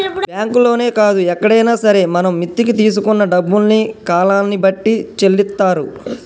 బ్యాంకుల్లోనే కాదు ఎక్కడైనా సరే మనం మిత్తికి తీసుకున్న డబ్బుల్ని కాలాన్ని బట్టి చెల్లిత్తారు